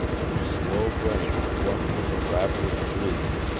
their slow brains drunk with a ravenous greed,